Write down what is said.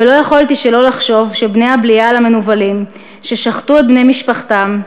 ולא יכולתי שלא לחשוב שבני הבלייעל המנוולים ששחטו את בני משפחתם,